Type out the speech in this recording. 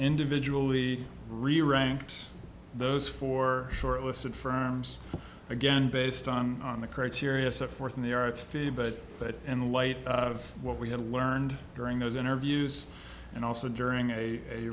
individually re ranked those four short listed firms again based on the criteria set forth in the but in light of what we had learned during those interviews and also during a